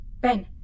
Ben